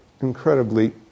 incredibly